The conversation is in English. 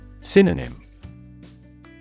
Synonym